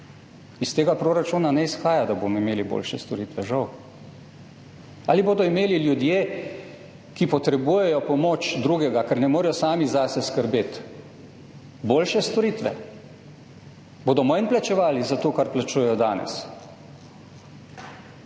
Iz tega proračuna ne izhaja, da bomo imeli boljše storitve, žal. Ali bodo imeli ljudje, ki potrebujejo pomoč drugega, ker ne morejo skrbeti sami zase, boljše storitve, bodo manj plačevali za to, kar plačujejo danes?